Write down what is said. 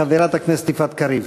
חברת הכנסת יפעת קריב.